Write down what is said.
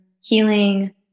healing